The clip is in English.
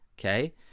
Okay